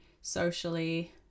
socially